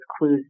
clues